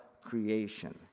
creation